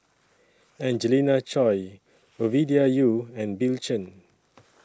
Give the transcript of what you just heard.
Angelina Choy Ovidia Yu and Bill Chen